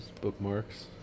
bookmarks